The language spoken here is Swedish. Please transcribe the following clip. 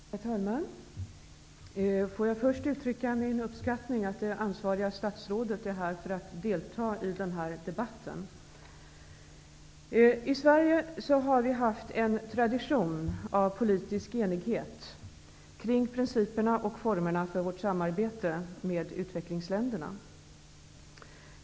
Herr talman! Låt mig först uttrycka min uppskattning av att det ansvariga statsrådet är här för att delta i denna debatt. I Sverige har vi haft en tradition av politisk enighet kring principerna och formerna för vårt samarbete med utvecklingsländerna.